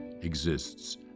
exists